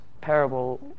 parable